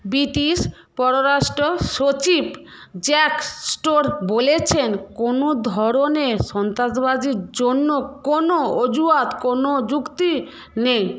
British পররাষ্ট্র সচিব Jack Straw বলেছেন কোনও ধরনের সন্ত্রাসবাদের জন্য কোনও অজুহাত কোনও যুক্তি নেই